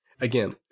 Again